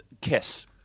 Kiss